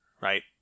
right